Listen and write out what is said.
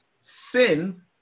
sin